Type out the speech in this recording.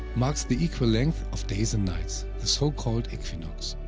marks the equal length of days and nights, the so-called equinox.